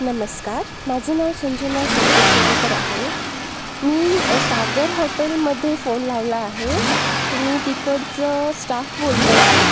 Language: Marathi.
नमस्कार माझं नाव संजना संतोष अरेकर आहे मी सागर हॉटेलमध्ये फोन लावला आहे तुम्ही तिकडचं स्टाफ बोलत आहे का